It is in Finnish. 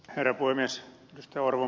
herra puhemies